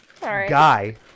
guy